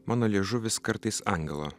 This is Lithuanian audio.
mano liežuvis kartais angelo